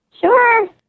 Sure